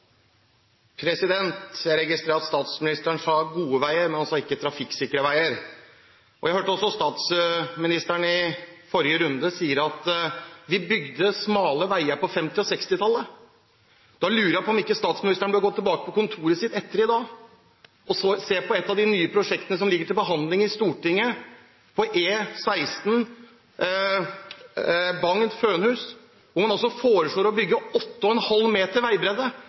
Jeg registrerer at statsministeren sa gode veier. Han sa ikke trafikksikre veier. Jeg hørte også at statsministeren i forrige runde sa at de bygde smale veier på 1950- og 1960-tallet. Da lurer jeg på om ikke statsministeren bør gå tilbake til kontoret sitt etterpå og se på et av de nye prosjektene som ligger til behandling i Stortinget, på E16 Bagn–Fønhus, hvor man foreslår å bygge 8,5 meter veibredde.